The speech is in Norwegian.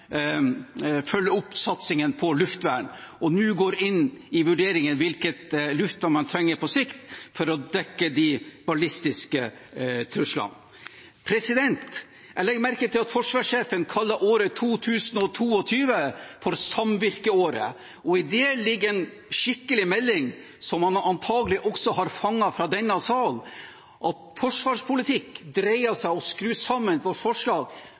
opp satsingen på luftvern, og at man nå går inn i vurderinger om hvilket luftvern man trenger på sikt for å dekke de ballistiske truslene. Jeg legger merke til at forsvarssjefen kaller 2022 for samvirkeåret, og i det ligger en skikkelig melding, som han antagelig også har fanget fra denne salen, om at forsvarspolitikk dreier seg om å skru sammen